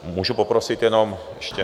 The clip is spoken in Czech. Můžu poprosit jenom ještě?